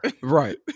Right